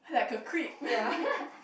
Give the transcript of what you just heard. like a creep